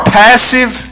passive